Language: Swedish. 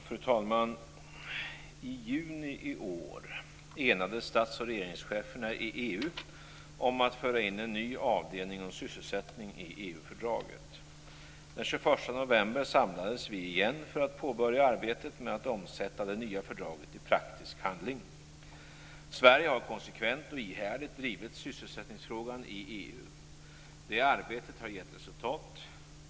Fru talman! I juni i år enades stats och regeringscheferna i EU om att föra in en ny avdelning om sysselsättning i EU-fördraget. Den 21 november samlades vi igen för att påbörja arbetet med att omsätta det nya fördraget i praktisk handling. Sverige har konsekvent och ihärdigt drivit sysselsättningsfrågan i EU. Det arbetet har givit resultat.